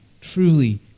truly